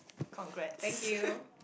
congrats